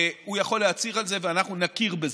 הוא יכול להצהיר על זה, ואנחנו נכיר בזה.